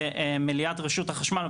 במליאת רשות החשמל.